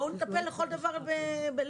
בואו נטפל כל דבר לגופו,